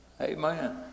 Amen